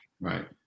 right